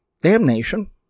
Damnation